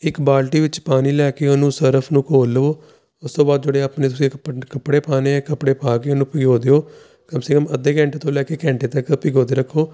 ਇੱਕ ਬਾਲਟੀ ਵਿੱਚ ਪਾਣੀ ਲੈ ਕੇ ਉਹਨੂੰ ਸਰਫ ਨੂੰ ਘੋਲ ਲਵੋ ਉਸ ਤੋਂ ਬਾਅਦ ਤੁਹਾਡੇ ਆਪਣੇ ਤੁਸੀਂ ਕੱਪੜੇ ਪਾਉਣੇ ਕੱਪੜੇ ਪਾ ਕੇ ਉਹਨੂੰ ਭਿਓਂ ਦਿਓ ਕਮ ਸੇ ਕਮ ਅੱਧੇ ਘੰਟੇ ਤੋਂ ਲੈ ਕੇ ਘੰਟੇ ਤੱਕ ਭਿਗੋ ਕੇ ਰੱਖੋ